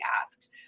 asked